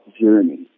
journey